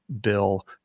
Bill